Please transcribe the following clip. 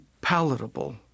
palatable